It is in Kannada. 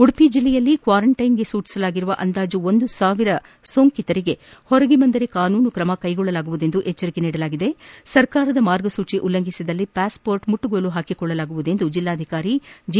ಉಡುಪಿ ಜಿಲ್ಲೆಯಲ್ಲಿ ಕ್ವಾರಂಟೈನ್ಗೆ ಸೂಚಿಸಲಾಗಿರುವ ಅಂದಾಜು ಒಂದು ಸಾವಿರ ಕೊರೊನಾ ಸೋಂಕಿತರಿಗೆ ಹೊರಗೆ ಬಂದರೆ ಕಾನೂನು ಕ್ರಮ ಜರುಗಿಸಲಾಗುವುದು ಮತ್ತು ಸರ್ಕಾರದ ಮಾರ್ಗಸೂಜಿ ಉಲ್ಲಂಘಿಸಿದರೆ ಪಾಸ್ಮೋಟ್ಗಳನ್ನು ಮುಟ್ಟುಗೋಲು ಪಾಕಿಕೊಳ್ಳಲಾಗುವುದು ಎಂದು ಜಿಲ್ಲಾಧಿಕಾರಿ ಜಿ